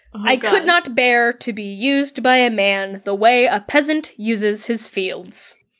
i could not bear to be used by a man the way a peasant uses his fields.